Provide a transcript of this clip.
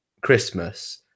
Christmas